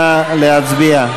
נא להצביע.